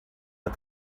but